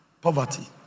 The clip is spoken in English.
poverty